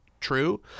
true